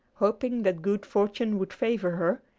hoping that good fortune would favor her,